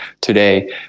today